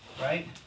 right